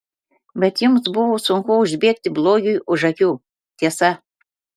bet jums buvo sunku užbėgti blogiui už akių tiesa